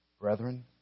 Brethren